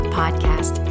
podcast